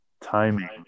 timing